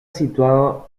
situado